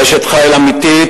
אשת חיל אמיתית,